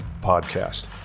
podcast